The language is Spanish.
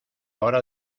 hora